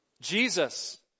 Jesus